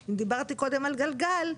אם דיברתי קודם על גלגל,